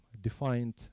defined